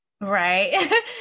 Right